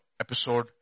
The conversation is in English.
episode